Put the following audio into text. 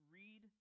read